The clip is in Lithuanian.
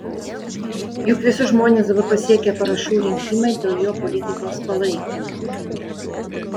juk visus žmones dabar pasiekia parašų rinkimai dėl jo politikos palaikymo